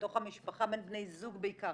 בתוך המשפחה בין בני זוג בעיקר,